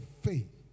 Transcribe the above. faith